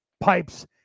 pipes